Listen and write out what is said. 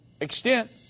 extent